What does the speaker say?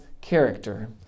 character